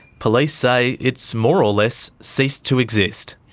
police say it's more or less ceased to exist.